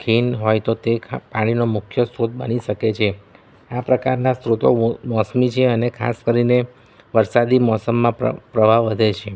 ખીણ હોય તો તે પાણીનો મુખ્ય સ્ત્રોત બની શકે છે આ પ્રકારના સ્ત્રોતો મોસમી છે અને ખાસ કરીને વરસાદી મોસમમાં પ્રવાહ વધે છે